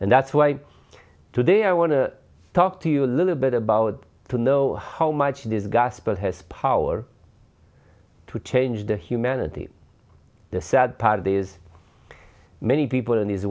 and that's why today i want to talk to you a little bit about to know how much this gospel has power to change the humanity the sad part is many people in th